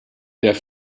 der